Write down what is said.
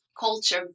culture